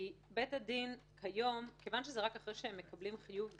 זה רק אחרי שהם מקבלים חיוב גט.